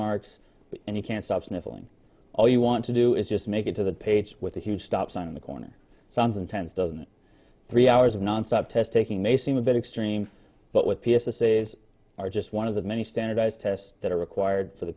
marks and you can't stop sniffling all you want to do is just make it to the page with a huge stop sign in the corner sounds intense doesn't it three hours of nonstop test taking may seem a bit extreme but what p s essays are just one of the many standardized tests that are required for the